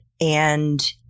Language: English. And-